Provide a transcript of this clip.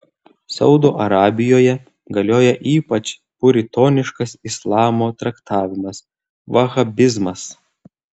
saudo arabijoje galioja ypač puritoniškas islamo traktavimas vahabizmas